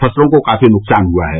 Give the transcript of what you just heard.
फसलों को काफी नुकसान हुआ है